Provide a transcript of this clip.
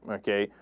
okay.